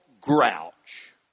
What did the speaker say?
grouch